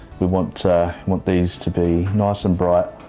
we want want these to be nice and bright.